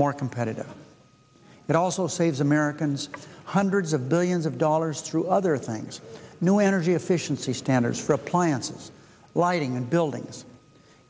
more competitive it also saves americans hundreds of billions of dollars through other things new energy efficiency standards for appliances lighting and buildings